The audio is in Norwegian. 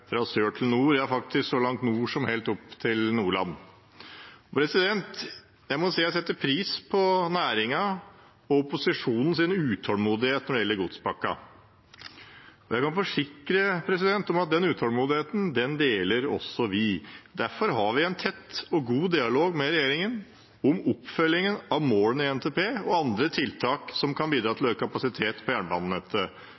fra transportnæringen, skognæringen og ikke minst næringslivet fra sør til nord – ja, faktisk så langt nord som til Nordland. Jeg setter pris på næringens og opposisjonens utålmodighet når det gjelder godspakken, og jeg kan forsikre om at den utålmodigheten deler også vi. Derfor har vi en tett og god dialog med regjeringen om oppfølgingen av målene i NTP og andre tiltak som kan bidra